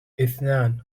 إثنان